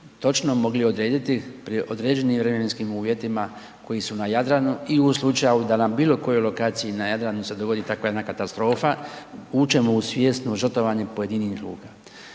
točno mogli odrediti pri određenim vremenskim uvjetima koji su na Jadranu i u slučaju da na bilo kojoj lokaciji na Jadranu se dogodi takva jedna katastrofa vučemo u svjesno žrtvovanje pojedinih luka.